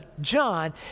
John